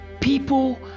people